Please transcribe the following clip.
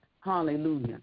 Hallelujah